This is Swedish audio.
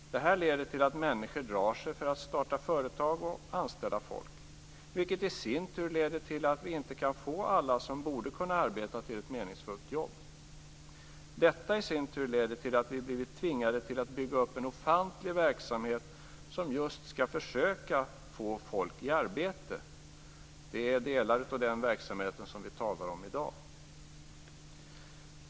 Det här leder till att människor drar sig för att starta företag och anställa folk, vilket i sin tur leder till att alla som borde kunna arbeta inte kan få ett meningsfullt jobb. Detta har i sin tur lett till att vi blivit tvingade att bygga upp en ofantlig verksamhet som just skall försöka få folk i arbete. Det är delar av den verksamheten vi talar om i dag.